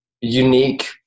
unique